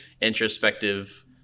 introspective